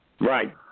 Right